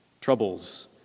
troubles